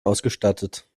ausgestattet